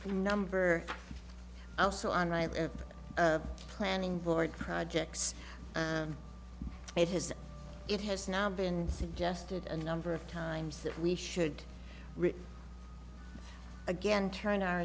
a number also on right planning board projects it has it has now been suggested a number of times that we should again turn our